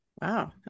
Wow